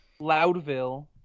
Loudville